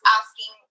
asking